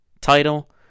title